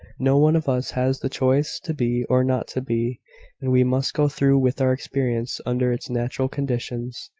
no one of us has the choice to be or not to be and we must go through with our experience, under its natural conditions.